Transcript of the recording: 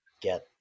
get